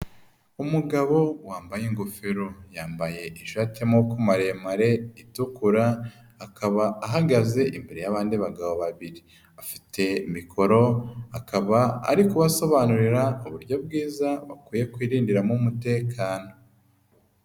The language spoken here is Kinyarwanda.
Umugabo wambaye ingofero yambaye ishati y'amaboko maremare itukura, akaba ahagaze imbere y'abandi bagabo babiri, afite mikoro, akaba ari kubasobanurira uburyo bwiza bakwiye kwirindiramo umutekano.